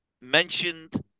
mentioned